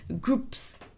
groups